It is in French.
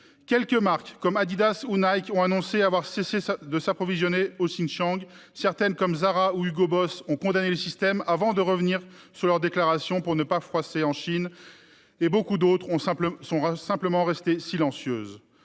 Quelques marques, comme Adidas ou Nike, ont annoncé avoir cessé de s'approvisionner au Xinjiang ; certaines, comme Zara ou Hugo Boss, ont condamné ce système, avant de revenir sur leurs déclarations pour ne pas froisser en Chine ; beaucoup d'autres sont simplement restées silencieuses.